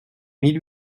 mille